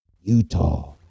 Utah